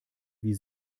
wie